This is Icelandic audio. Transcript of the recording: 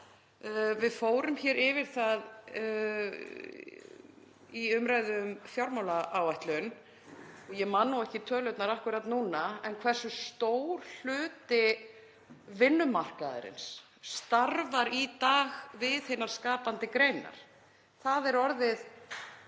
Við fórum yfir það í umræðu um fjármálaáætlun — ég man ekki tölurnar akkúrat núna — hversu stór hluti vinnumarkaðarins starfar í dag við skapandi greinar. Það er orðin